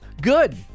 Good